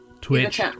Twitch